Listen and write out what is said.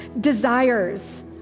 desires